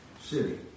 city